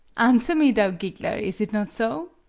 answer me, thou giggler is it not so?